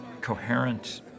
coherent